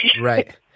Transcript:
Right